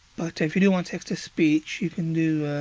but if you do want text to speech you can do.